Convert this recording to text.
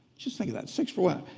just think of that, six for one.